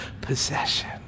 possession